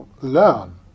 learn